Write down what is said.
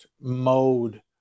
mode